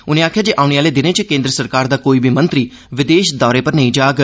उनें आखेआ जे औने आहले दिनें च केन्द्र सरकार दा कोई बी मंत्री विदेश दौरे पर नेई जाग